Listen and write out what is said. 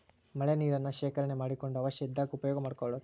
ಮಳಿ ನೇರನ್ನ ಶೇಕರಣೆ ಮಾಡಕೊಂಡ ಅವಶ್ಯ ಇದ್ದಾಗ ಉಪಯೋಗಾ ಮಾಡ್ಕೊಳುದು